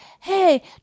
hey